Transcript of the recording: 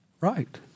Right